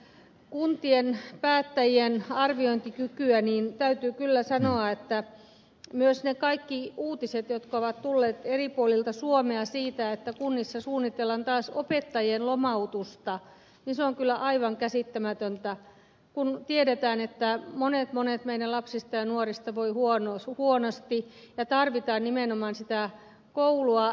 kuntien päättäjien arviointikyvystä täytyy kyllä sanoa että myös ne kaikki uutiset jotka ovat tulleet eri puolilta suomea siitä että kunnissa suunnitellaan taas opettajien lomautusta ovat kyllä aivan käsittämättömiä kun tiedetään että monet monet meidän lapsistamme ja nuoristamme voivat huonosti ja tarvitaan nimenomaan sitä koulua